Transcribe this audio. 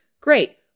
Great